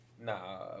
Nah